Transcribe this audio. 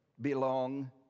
belong